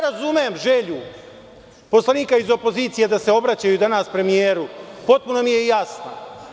Razumem želju poslanika iz opozicije da se obraćaju danas premijeru i potpuno mi je jasna.